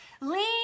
Lean